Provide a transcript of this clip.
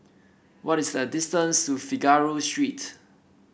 what is the distance to Figaro Street